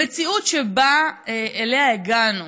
במציאות שאליה הגענו,